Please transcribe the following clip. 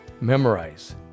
memorize